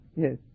Yes